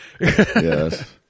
yes